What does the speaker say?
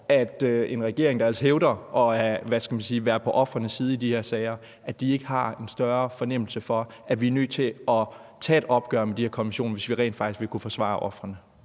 at en regering, der ellers hævder at være på ofrenes side i de her sager, ikke har en større fornemmelse for, at vi er nødt til at tage et opgør med de her konventioner, hvis vi rent faktisk vil kunne forsvare ofrene.